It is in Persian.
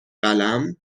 قلم